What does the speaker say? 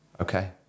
Okay